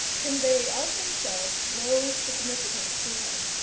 convey of themselves no significance to him.